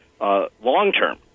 long-term